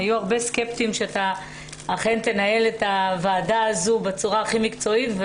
היו הרבה סקפטיים שאתה אכן תנהל את הוועדה הזו בצורה הכי מקצועית.